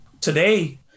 today